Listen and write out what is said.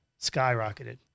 skyrocketed